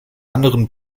anderen